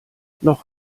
noch